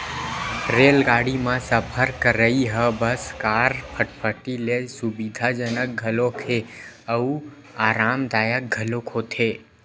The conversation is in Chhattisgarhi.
रेलगाड़ी म सफर करइ ह बस, कार, फटफटी ले सुबिधाजनक घलोक हे अउ अरामदायक घलोक होथे